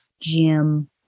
Jim